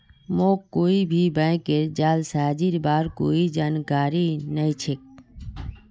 मोके कोई भी बैंकेर जालसाजीर बार कोई जानकारी नइ छेक